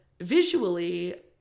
visually